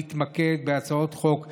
להתמקד בהצעות חוק חברתיות,